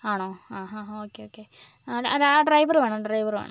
ആണോ ഹാ ഹാ ഹാ ഓക്കെ ഓക്കെ ആ ഡ ഡ ആ ഡ്രൈവർ വേണം ഡ്രൈവർ വേണം